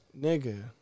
nigga